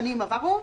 שנים עברו.